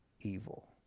evil